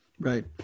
Right